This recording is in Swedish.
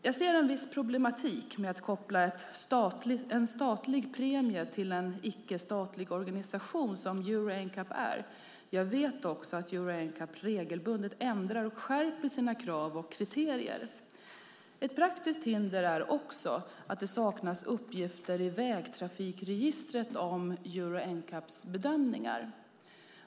Jag ser en viss problematik med att koppla en statlig premie till en icke-statlig organisation som Euro NCAP är. Jag vet också att Euro NCAP regelbundet ändrar och skärper sina krav och kriterier. Ett praktiskt hinder är att det saknas uppgifter i vägtrafikregistret om Euro NCAP:s bedömningar.